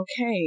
Okay